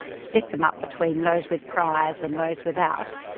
split them up between those with priors and those without,